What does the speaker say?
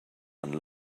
and